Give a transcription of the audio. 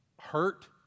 hurt